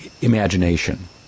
imagination